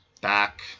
back